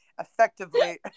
effectively